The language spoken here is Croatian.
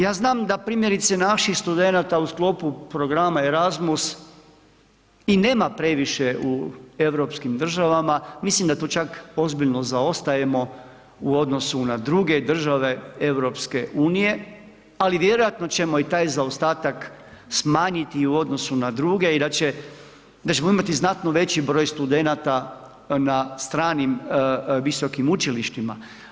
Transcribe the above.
Ja znam da primjerice, naših studenata u sklopu programa Erasmus i nema previše u europskim državama, mislim da tu čak ozbiljno zaostajemo u odnosu na druge države EU, ali vjerojatno ćemo i taj zaostatak smanjiti u odnosu na druge i da će, da ćemo imati znatno veći broj studenata na stranim visokim učilištima.